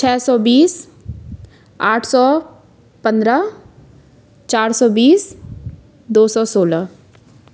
छः सौ बीस आठ सौ पंद्रह चार सौ बीस दो सौ सोलह